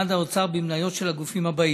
עד שנת 1963 החזיק משרד האוצר במניות של הגופים האלה: